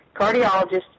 cardiologist